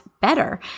better